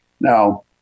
Now